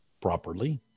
properly